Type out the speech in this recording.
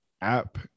app